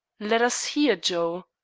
let us hear, joe.